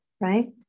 right